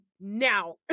now